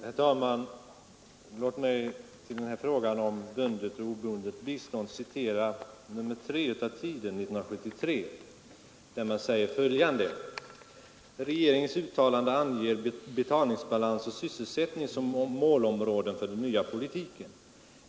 Herr talman! Låt mig till den här frågan om bundet och obundet bistånd få citera ur tidskriften Tiden, nr 3 1973, där följande sägs: ”Regeringens uttalanden anger betalningsbalans och sysselsättning som målområden för den nya politiken.